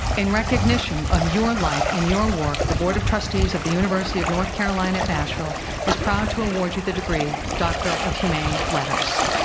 in recognition of your life and your work, the board of trustees of the university of north carolina at asheville is proud to award you the degree doctor of humane letters.